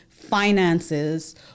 finances